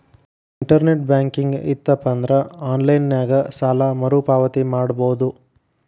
internet banking ಇತ್ತಪಂದ್ರಾ online ನ್ಯಾಗ ಸಾಲ ಮರುಪಾವತಿ ಮಾಡಬೋದು